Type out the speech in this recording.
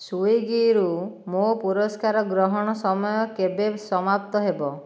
ସ୍ଵିଗିରୁ ମୋ ପୁରସ୍କାର ଗ୍ରହଣ ସମୟ କେବେ ସମାପ୍ତ ହେବ